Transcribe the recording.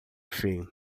fim